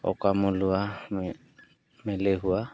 অকামেলোৱা মেলেহোৱা